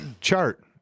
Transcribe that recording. chart